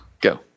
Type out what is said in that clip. go